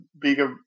bigger